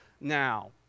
now